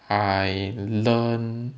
I learn